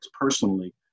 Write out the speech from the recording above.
personally